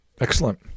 Excellent